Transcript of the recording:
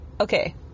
okay